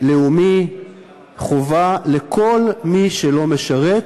לאומי חובה לכל מי שלא משרת,